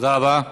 תודה רבה.